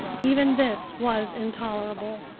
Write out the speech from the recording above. even this was intolerable.